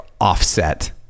offset